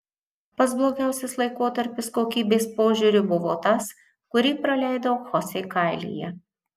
pats blogiausias laikotarpis kokybės požiūriu buvo tas kurį praleidau chosė kailyje